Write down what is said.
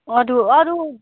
अरू अरू